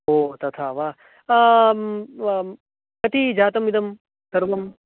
ओ तथा वा कति जातमिदं सर्वं